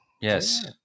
Yes